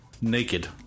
naked